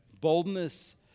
Boldness